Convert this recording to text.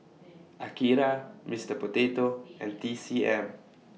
Akira Mister Potato and T C M